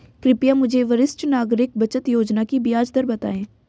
कृपया मुझे वरिष्ठ नागरिक बचत योजना की ब्याज दर बताएं